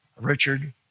Richard